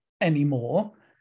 anymore